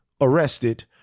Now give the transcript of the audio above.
arrested